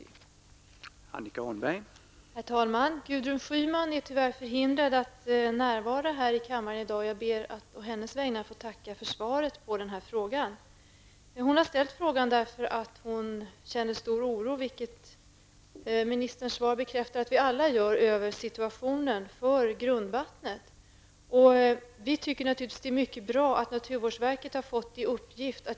Då Gudrun Schyman, som framställt frågan, anmält att hon var förhindrad att närvara vid sammanträdet, medgav andre vice talmannen att Annika Åhnberg i stället fick delta i överläggningen.